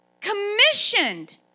commissioned